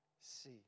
see